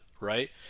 right